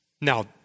Now